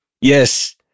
Yes